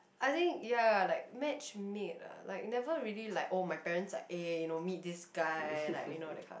I think ya like match made ah like never really like oh my parents are eh you know meet this guy like you know that kind